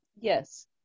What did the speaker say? Yes